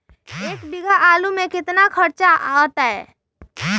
एक बीघा आलू में केतना खर्चा अतै?